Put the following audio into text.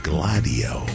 Gladio